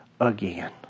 again